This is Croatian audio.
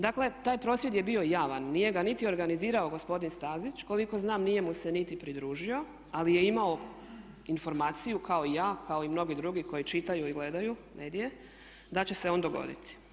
Dakle, taj prosvjed je bio javan, nije ga niti organizirao gospodin Stazić, koliko znam nije mu se niti pridružio ali je imao informaciju kao i ja i kao mnogi drugi koji čitaju i gledaju medije da će se on dogoditi.